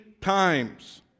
times